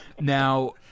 now